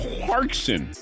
Clarkson